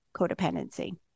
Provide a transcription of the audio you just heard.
codependency